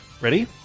Ready